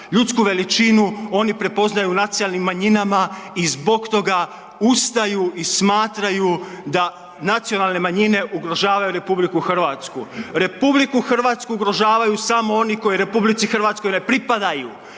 Ljudsku veličinu oni prepoznaju u nacionalnim manjinama i zbog toga ustaju i smatraju da nacionalne manjine ugrožavaju RH. RH ugrožavaju samo oni koji RH ne pripadaju.